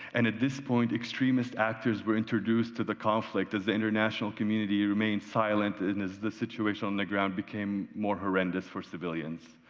and at this point extremist actors were introduced to the conflict as the international community remains silent and is the situation on the ground became more horrendous foresaw vil yans,